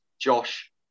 josh